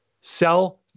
sell